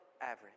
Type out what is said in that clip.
average